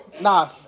Nah